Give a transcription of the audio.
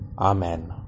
Amen